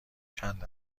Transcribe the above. چند